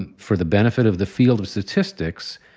and for the benefit of the field of statistics,